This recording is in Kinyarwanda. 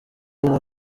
uwa